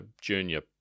junior